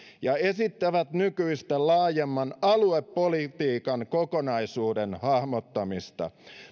ja esittävät nykyistä laajemman aluepolitiikan kokonaisuuden hahmottamista